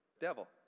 devil